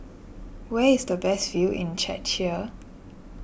where is the best view in Czechia